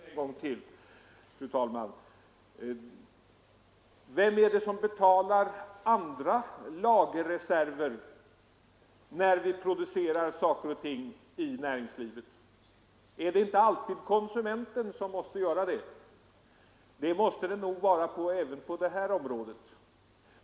Fru talman! Då måste jag tyvärr komma igen en gång till. Vem är det som betalar andra lagerreserver när vi producerar saker och ting i näringslivet? Är det inte alltid konsumenten som får göra det? Så måste det nog vara även på det här området.